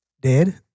Dead